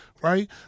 Right